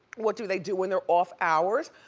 what do they do when they're off hours,